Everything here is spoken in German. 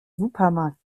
supermarkt